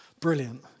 Brilliant